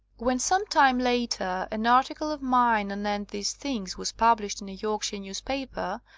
when some time later an article of mine anent these things was published in a york shire newspaper,